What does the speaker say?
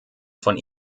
von